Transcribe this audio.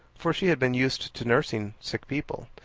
for she had been used to nursing sick people,